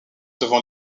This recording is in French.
devant